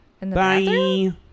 Bye